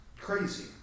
crazy